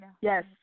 Yes